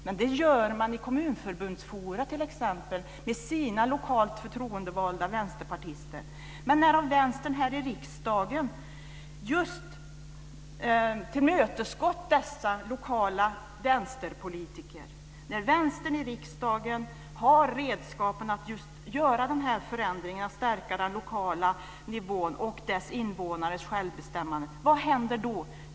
Det gör man i t.ex. Kommunförbundets forum med sina lokalt förtroendevalda vänsterpartister. Men när Vänstern här i riksdagen kan tillmötesgå dessa lokala vänsterpolitiker, när de har redskapen att genomföra den här förändringen, att stärka den lokala nivån och invånarnas självbestämmande, vad händer så?